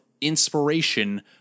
inspiration